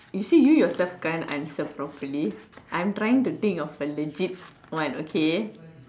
you see you yourself can't answer properly I'm trying to think of a legit one okay